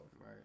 Right